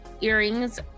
earrings